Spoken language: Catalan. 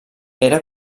era